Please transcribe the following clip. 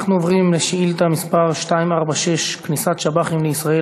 אנחנו עוברים לשאילתה מס' 246: כניסת שב"חים לישראל,